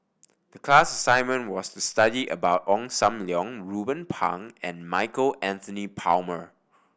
class assignment was to study about Ong Sam Leong Ruben Pang and Michael Anthony Palmer